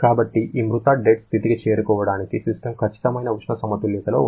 కాబట్టి ఈ మృతడెడ్ స్థితికి చేరుకోవడానికి సిస్టమ్ ఖచ్చితమైన ఉష్ణ సమతుల్యతలో ఉండాలి